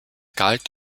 galt